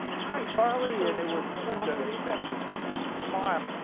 hi charlie and it was such a confession us smart.